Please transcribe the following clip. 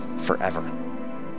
forever